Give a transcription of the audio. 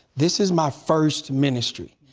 this is my first ministry.